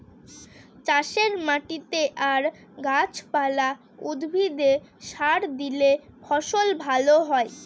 চাষের মাটিতে আর গাছ পালা, উদ্ভিদে সার দিলে ফসল ভালো হয়